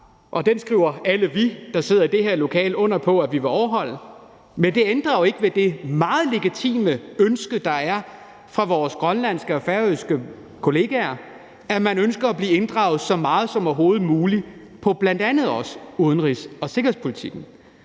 og den skriver alle vi, der sidder i det her lokale under på vi vil overholde. Men det ændrer jo ikke ved det meget legitime ønske, der er fra vores grønlandske og færøske kollegaers side, nemlig at man ønsker at blive inddraget så meget som overhovedet muligt på bl.a. også udenrigs- og sikkerhedspolitikken.